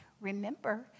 remember